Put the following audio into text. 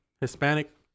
Hispanic